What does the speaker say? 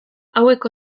hauek